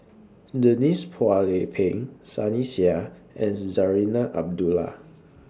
Denise Phua Lay Peng Sunny Sia and Zarinah Abdullah